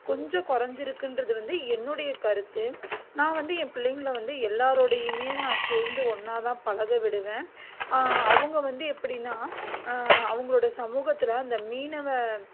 கொஞ்சம் குறைஞ்சிருக்குன்றது வந்து என்னுடைய கருத்து நான் வந்து என் பிள்ளைங்களை வந்து எல்லாேரோடையுமே நான் சேர்ந்து ஒன்றாதான் பழக விடுவேன் அவங்க வந்து எப்படின்னா அவங்களோட சமூகத்தில் அந்த மீனவர்